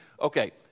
Okay